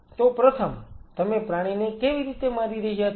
તો પ્રથમ તમે પ્રાણીને કેવી રીતે મારી રહ્યા છો